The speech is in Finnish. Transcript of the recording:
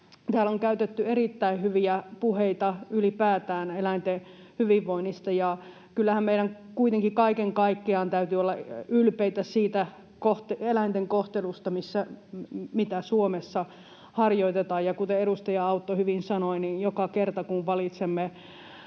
Täällä on käytetty erittäin hyviä puheita ylipäätään eläinten hyvinvoinnista, ja kyllähän meidän kuitenkin kaiken kaikkiaan täytyy olla ylpeitä siitä eläinten kohtelusta, mitä Suomessa harjoitetaan. Ja kuten edustaja Autto hyvin sanoi, joka kerta, kun valitsemme